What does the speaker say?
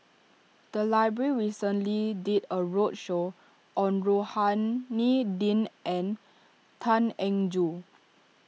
the library recently did a roadshow on Rohani Din and Tan Eng Joo